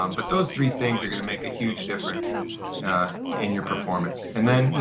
um but those three things are going to make a huge difference in your performance. and then,